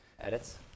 edits